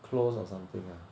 closed or something ah